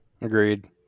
Agreed